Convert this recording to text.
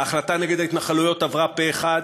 ההחלטה נגד ההתנחלויות עברה פה-אחד,